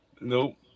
Nope